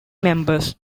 members